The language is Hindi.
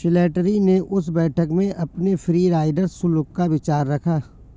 स्लैटरी ने उस बैठक में अपने फ्री राइडर शुल्क का विचार रखा